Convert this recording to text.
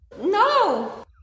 No